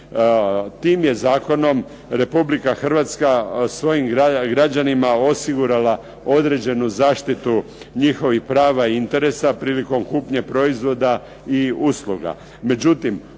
Tim je zakonom Republika Hrvatska svojim građanima osigurala određenu zaštitu njihovih prava i interesa prilikom kupnje proizvoda i usluga.